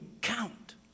count